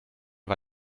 war